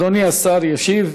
אדוני השר ישיב.